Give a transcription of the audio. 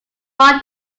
why